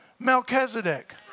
Melchizedek